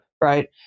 right